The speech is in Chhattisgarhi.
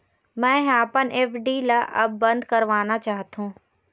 मै ह अपन एफ.डी ला अब बंद करवाना चाहथों